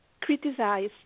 criticize